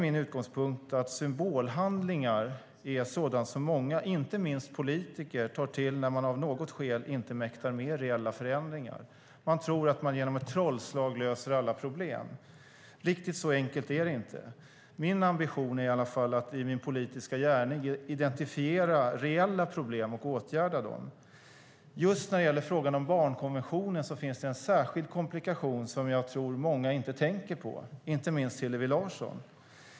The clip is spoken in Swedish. Min utgångspunkt är att symbolhandlingar är sådant som många, inte minst politiker, tar till när man av något skäl inte mäktar med reella förändringar. Man tror att man som genom ett trollslag löser alla problem. Riktigt så enkelt är det inte. Min ambition är i alla fall att i min politiska gärning identifiera reella problem och åtgärda dem. Just när det gäller frågan om barnkonventionen finns det en särskild komplikation som jag tror att många inte tänker på. Det gäller inte minst Hillevi Larsson.